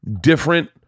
different